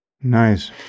Nice